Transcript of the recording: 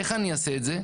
איך אני אעשה את זה?